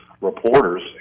reporters